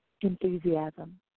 enthusiasm